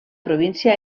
província